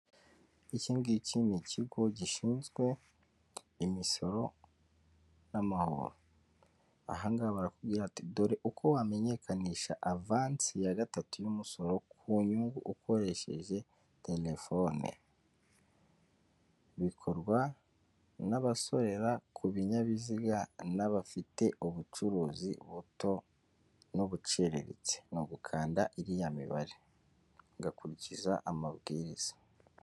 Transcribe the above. Iki ngiki ni kigo gishinzwe imisoro n'amahoro, aha ngaha barakubwira ati "dore uko wamenyekanisha avansi ya gatatu y'umusoro ku nyungu ukoresheje telefone." Bikorwa n'abasorera ku binyabiziga n'abafite ubucuruzi buto n'ubuciriritse, ni ugukanda iriya mibare ugakurikiza amabwiriza.